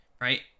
right